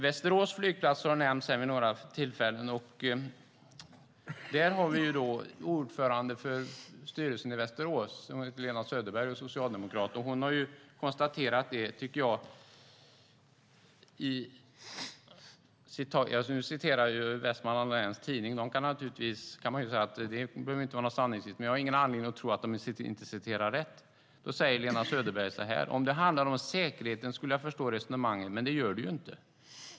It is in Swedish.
Västerås flygplats har nämnts vid några tillfällen, och ordförande för styrelsen där heter Lena Söderberg och är socialdemokrat. Jag ska nu citera ur Vestmanlands Läns Tidning, och man kan ju säga att det inte behöver vara sanning. Men jag har ingen anledning att tro att de inte citerar rätt. Där säger Lena Söderberg så här: "Om det handlade om säkerheten skulle jag förstå resonemanget, men det gör det inte.